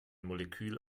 molekül